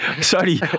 Sorry